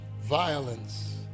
violence